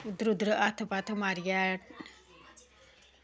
उद्धर उद्धर हत्थ मारियै